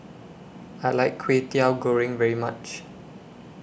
I like Kwetiau Goreng very much